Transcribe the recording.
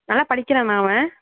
நல்லா படிக்கிறானா அவன்